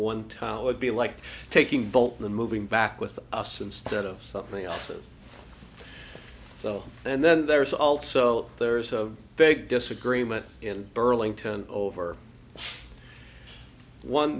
one town would be like taking bolt the moving back with us instead of something else and so and then there's also there's a big disagreement in burlington over one